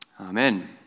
Amen